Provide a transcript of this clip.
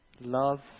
love